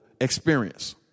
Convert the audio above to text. experience